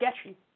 sketchy